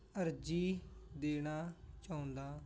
ਅਰਜ਼ੀ ਦੇਣਾ ਚਾਹੁੰਦਾ